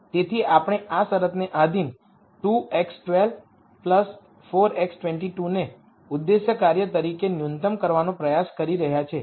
તેથીઆપણે આ શરતને આધિન ૨ x૧૨ ૪ x૨૨ ને ઉદ્દેશ્ય કાર્ય તરીકે ન્યુનત્તમ કરવાનો પ્રયાસ કરી રહ્યા છીએ